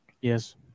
Yes